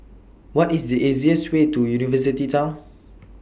What IS The easiest Way to University Town